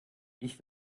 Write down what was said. ich